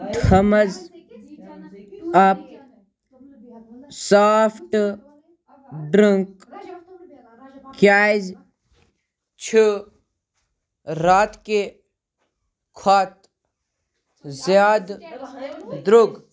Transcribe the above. thumbs Up soft drink کیٛازِ چھِ راتہٕ کہِ کھۄتہٕ زِیادٕ درٛوٚگ